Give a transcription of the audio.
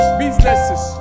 businesses